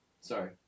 Sorry